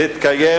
תתקיים